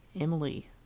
emily